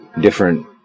different